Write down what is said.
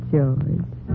George